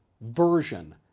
version